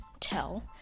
tell